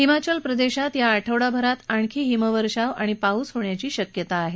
हिमाचल प्रदेशात या आठवडाभरात आणखी हिमवर्षाव आणि पाऊस होण्याची शक्यता आहे